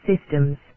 systems